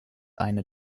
eine